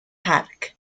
parc